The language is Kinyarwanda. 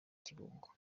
kibungo